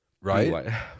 Right